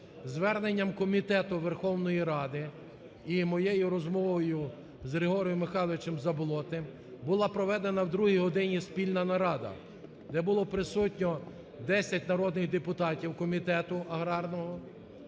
зверненням комітету Верховної Ради і моєю розмовою з Григорієм Михайловичем Заболотним, була проведена в другій годині спільна нарада, де було присутньо 10 народних депутатів комітету агарного, де